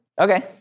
Okay